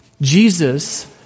Jesus